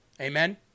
Amen